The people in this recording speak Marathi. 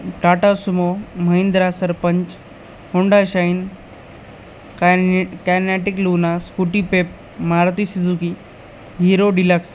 Tata Sumo Mahindra Sarpanch Honda Shine कायने Kinetic Luna Scooty Pep Maruti Suzuki Hero deluxe